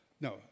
No